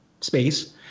space